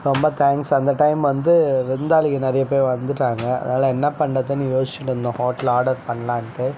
ரொம்ப தேங்க்ஸ் அந்த டைம் வந்து விருந்தாளிங்க நிறைய பேர் வந்துவிட்டாங்க அதனால் என்ன பண்ணுறதுன்னு யோசிச்சுட்டு இருந்தோம் ஹோட்டலில் ஆடர் பண்ணலான்ட்டு